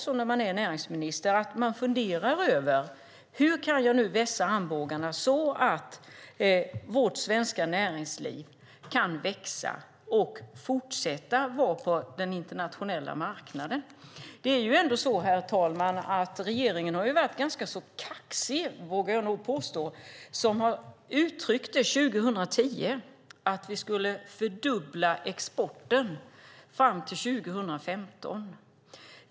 Som näringsminister måste man väl fundera över hur man kan vässa armbågarna så att vårt svenska näringsliv kan växa och fortsätta vara på den internationella marknaden. Herr talman! Regeringen var ganska kaxig när man 2010 uttryckte att Sverige skulle fördubbla exporten fram till 2015.